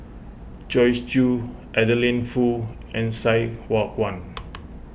Joyce Jue Adeline Foo and Sai Hua Kuan